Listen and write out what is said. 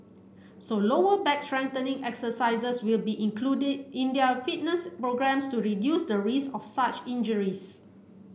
so lower back strengthening exercises will be included in their fitness programmes to reduce the risk of such injuries